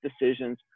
decisions